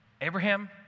Abraham